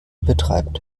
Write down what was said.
betreibt